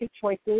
choices